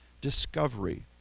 discovery